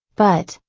but,